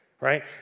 right